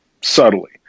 subtly